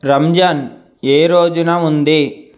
రంజాన్ ఏ రోజున ఉంది